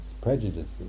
prejudices